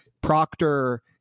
Proctor